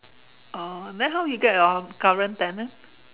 oh then how you get your current tenant